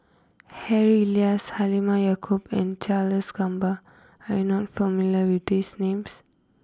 Harry Elias Halimah Yacob and Charles Gamba are you not familiar with these names